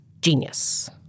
genius